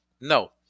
No